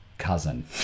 cousin